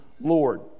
Lord